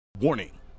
Warning